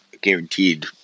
guaranteed